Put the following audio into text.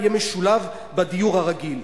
יהיה משולב בדיור הרגיל.